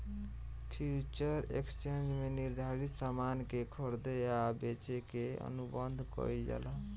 future exchange में निर्धारित सामान के खरीदे आ बेचे के अनुबंध कईल जाला